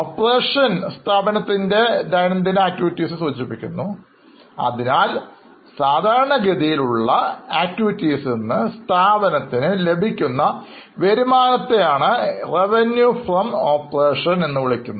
Operation ദൈനംദിന പ്രവർത്തനത്തെ സൂചിപ്പിക്കുന്നു അതിനാൽ സാധാരണഗതിയിൽ ഉള്ള പ്രവർത്തനങ്ങളിൽ നിന്ന് ലഭിക്കുന്ന വരുമാനത്തെ ആണ് Revenue from operations എന്നു പറയുന്നത്